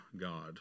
God